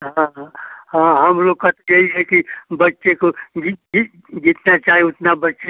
हाँ हाँ हाँ हम लोग का तो यही है की बच्चे को जी जी जितना चाहे उतना बच्चे